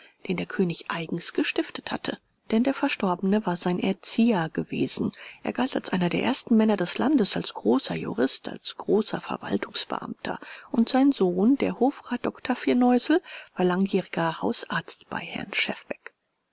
den der könig eigens gestiftet hatte denn der verstorbene war sein erzieher gewesen er galt als einer der ersten männer des landes als großer jurist als großer verwaltungsbeamter und sein sohn der hofrat dr firneusel war langjähriger hausarzt bei herrn